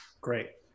Great